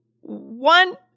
one